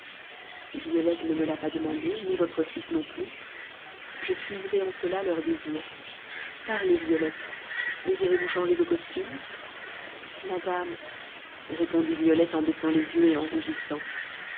violette ne me l'a pas demandé ni votre fils non plus je suivrai en cela leurs désirs parlez violette désirez-vous changer de costume madame répondit violette en baissant les yeux et en rougissant